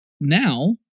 now